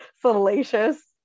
salacious